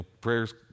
prayers